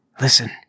Listen